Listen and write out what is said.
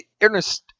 Ernest